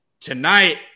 tonight